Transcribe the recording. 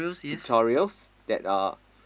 pictorials that are